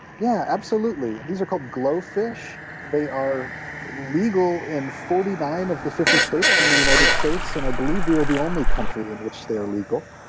yeah, absolutely. these are called glofish. they are legal in forty nine of the fifty states in the united states and i believe we are the only country in which they are legal.